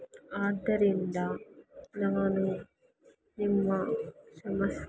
ಆದ್ದರಿಂದ ನಾನು ನಿಮ್ಮ ಸಮಸ್ಯೆ